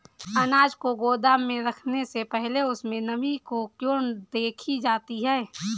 अनाज को गोदाम में रखने से पहले उसमें नमी को क्यो देखी जाती है?